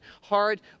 hard